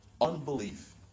Unbelief